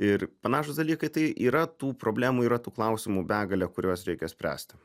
ir panašūs dalykai tai yra tų problemų yra tų klausimų begalė kuriuos reikia spręsti